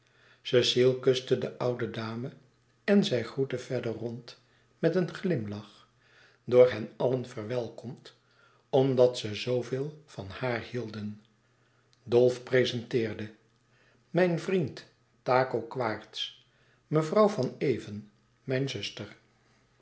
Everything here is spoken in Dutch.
cecile kuste de oude dame en zij groette verder rond met een glimlach door hen allen verwelkomd omdat ze zoo veel van haar hielden dolf prezenteerde mijn vriend taco quaerts mevrouw van even mijn zuster